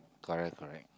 correct correct